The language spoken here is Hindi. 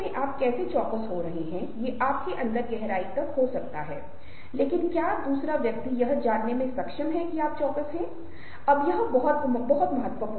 अब मैं इस पेंटिंग के बारे में जो बताता हूं वह सारहीन है लेकिन इस व्यक्ति को प्रोत्साहित करना महत्वपूर्ण है